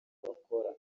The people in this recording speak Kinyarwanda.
bakora